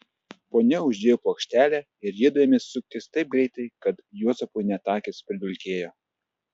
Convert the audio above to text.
ponia uždėjo plokštelę ir jiedu ėmė suktis taip greitai kad juozapui net akys pridulkėjo